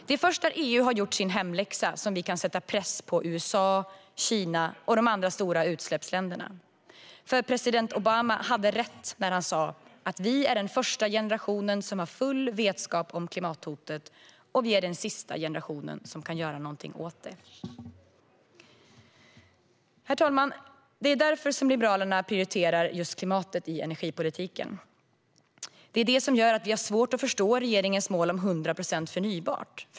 Det är först när EU har gjort sin hemläxa som vi kan sätta press på USA, Kina och de andra stora utsläppsländerna. President Obama hade rätt när han sa: Vi är den första generationen som har full vetskap om klimathotet, och vi är den sista generationen som kan göra något åt det. Av detta skäl prioriterar Liberalerna klimatet i energipolitiken, herr talman, och därför har vi svårt att förstå regeringens mål om 100 procent förnybart.